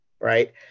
Right